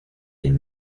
quien